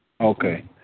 Okay